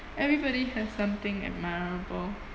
everybody has something admirable